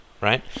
right